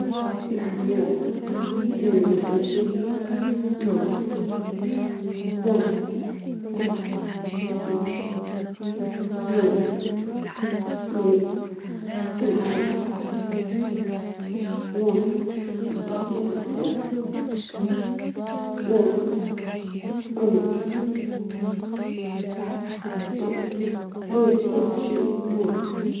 نفضل أن أكون الطفل الوحيد، لأنه يعطيك اهتمام وتركيز أكبر من العائلة، وتقدر تفرغ كل حبهم لك، مش بالضرورة العدد الكبير للشقيقات يكون أفضل، أحيانًا الحب والاهتمام يكون أكثر في الأسرة الصغيرة.